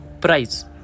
Price